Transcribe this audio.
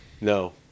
No